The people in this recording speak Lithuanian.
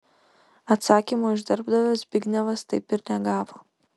atsakymo iš darbdavio zbignevas taip ir negavo